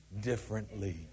differently